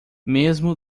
mesmo